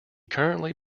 currently